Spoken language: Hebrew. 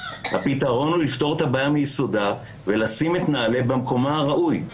הפתרון הוא לפתור את הבעיה מיסודה ולשים את נעל"ה במקומה הראוי,